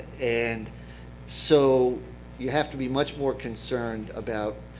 and so you have to be much more concerned about,